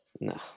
no